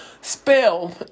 Spell